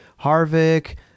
Harvick